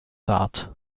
tat